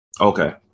Okay